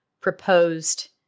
proposed